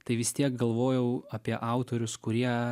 tai vis tiek galvojau apie autorius kurie